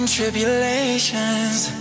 tribulations